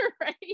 right